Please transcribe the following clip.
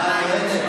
השרה המיועדת,